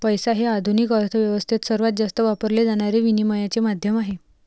पैसा हे आधुनिक अर्थ व्यवस्थेत सर्वात जास्त वापरले जाणारे विनिमयाचे माध्यम आहे